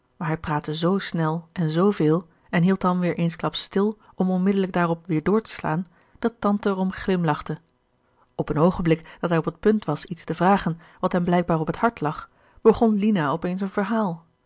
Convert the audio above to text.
hij praatte zoo snel en zoo veel en hield dan weer eensklaps stil om onmiddelijk daarop weer door te slaan dat tante er om glimlachte op een oogenblik dat hij op het punt was iets te vragen wat hem blijkbaar op het hart lag begon lina op eens een verhaal